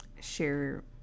share